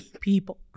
people